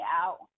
out